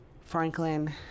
Franklin